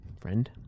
friend